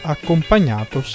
Accompagnato